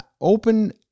open